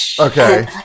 Okay